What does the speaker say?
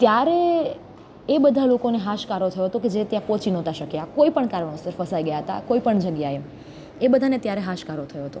ત્યારે એ બધા લોકોને હાશકારો થયો હતો કે જે ત્યાં પહોંચી નહોતા શક્યા કોઈપણ કારણોસર ફસાઈ ગયા હતા કોઈપણ જગ્યાએ એ બધાને ત્યારે હાશકારો થયો હતો